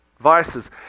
vices